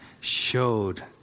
showed